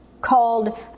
called